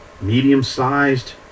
medium-sized